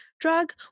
drug